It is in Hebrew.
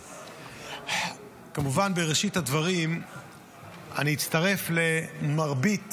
כמובן, בראשית הדברים אני אצטרף למרבית